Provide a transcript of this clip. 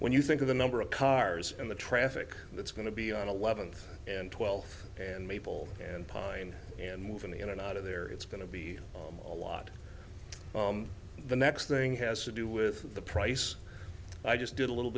when you think of the number of cars and the traffic that's going to be on eleventh and twelfth and maple and pine and moving in and out of there it's going to be a lot the next thing has to do with the price i just did a little